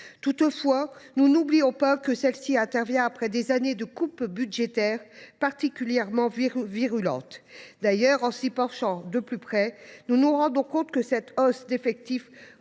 Toutefois, nous n’oublions pas que cette hausse intervient après des années de coupes budgétaires particulièrement virulentes. D’ailleurs, en examinant ces crédits de plus près, nous nous rendons compte que l’augmentation des effectifs